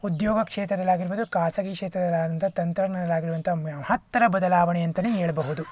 ಉದ್ಯೋಗ ಕ್ಷೇತ್ರದಲ್ಲಾಗಿರ್ಬೋದು ಖಾಸಗಿ ಕ್ಷೇತ್ರದಲ್ಲಿ ಆದಂಥ ತಂತ್ರಜ್ಞಾನದಲ್ಲಿ ಆಗಿರುವಂಥ ಮಹತ್ತರ ಬದಲಾವಣೆ ಅಂತನೇ ಹೇಳ್ಬೋದು